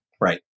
Right